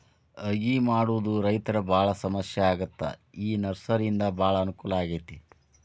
ಅಗಿ ಮಾಡುದ ರೈತರು ಬಾಳ ಸಮಸ್ಯೆ ಆಗಿತ್ತ ಈ ನರ್ಸರಿಯಿಂದ ಬಾಳ ಅನಕೂಲ ಆಗೈತಿ